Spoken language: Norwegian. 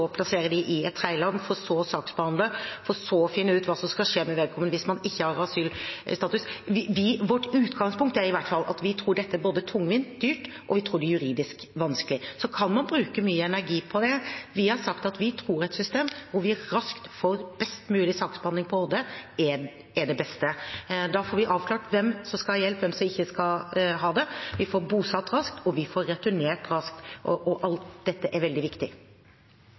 plassere dem i et tredje land, for så å saksbehandle, for så å finne ut hva som skal skje med vedkommende hvis man ikke har asylstatus – vårt utgangspunkt er i hvert fall at vi tror dette er både tungvint og dyrt, og at vi tror det er juridisk vanskelig. Så kan man bruke mye energi på det. Vi har sagt at vi tror et system hvor vi raskt får best mulig saksbehandling på Råde, er det beste. Da får vi avklart hvem som skal ha hjelp, og hvem som ikke skal ha det. Vi får bosatt raskt, og vi får returnert raskt. Alt dette er veldig viktig.